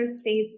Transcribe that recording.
states